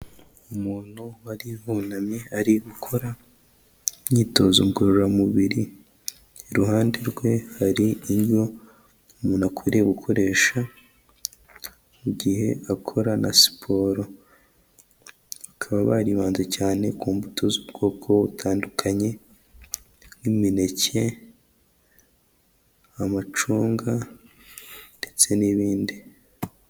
Umuntu wari wunamye ari gukora imyitozo ngororamubiri, iruhande rwe hari indyo umuntu akwiriye gukoresha mu gihe akora na siporo, bakaba baribanze cyane ku mbuto z'ubwoko butandukanye, nk'imineke, amacunga ndetse n'ibindi.